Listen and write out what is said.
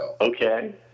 Okay